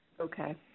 Okay